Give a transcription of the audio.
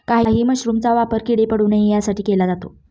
काही मशरूमचा वापर किडे पडू नये यासाठी केला जातो